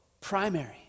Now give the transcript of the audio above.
primary